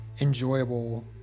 Enjoyable